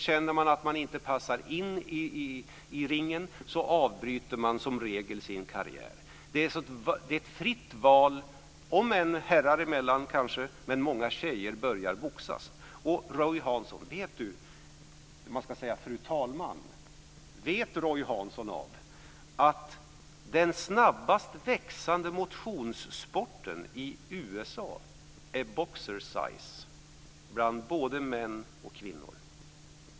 Känner man att man inte passar in i ringen avbryter man som regel sin karriär. Det är ett fritt val, om än herrar emellan kanske, men många tjejer börjar boxas. Vet Roy Hansson om att den snabbast växande motionssporten i USA är boxersize bland både män och kvinnor?